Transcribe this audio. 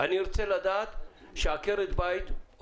אני רוצה לדעת שעקרת בית,